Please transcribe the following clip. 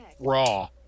Raw